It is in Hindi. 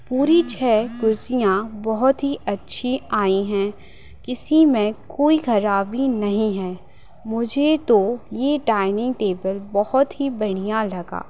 पूरी छः कुर्सियाँ बहुत ही अच्छी आई हैं किसी में कोई ख़राबी नहीं है मुझे तो ये डाइनिंग टेबल बहुत ही बढ़िया लगा